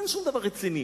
אין שום דבר רציני,